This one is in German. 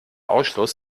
ausschluss